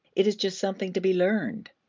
it is just something to be learned.